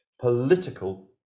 political